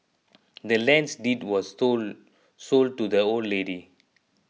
the land's deed was sold sold to the old lady